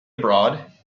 abroad